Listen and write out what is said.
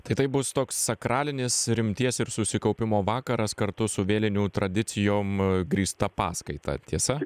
tai taip bus toks sakralinis rimties ir susikaupimo vakaras kartu su vėlinių tradicijom grįsta paskaita tiesa